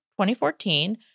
2014